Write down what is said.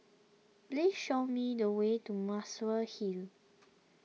please show me the way to Muswell Hill